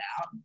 out